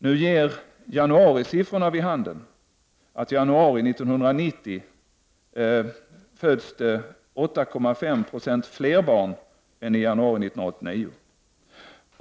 Nu ger januarisiffrorna vid handen att i januari 1990 föddes 8,5 Zo fler barn än som föddes i januari 1989.